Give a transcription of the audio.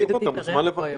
לפי דעתי תראה לנו פה היום.